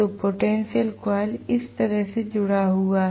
तो potential coil इस तरह से जुड़ा हुआ है